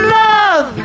love